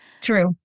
True